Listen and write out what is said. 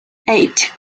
eight